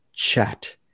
Chat